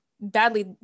badly